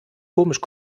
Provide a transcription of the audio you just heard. komisch